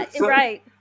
Right